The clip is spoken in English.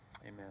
Amen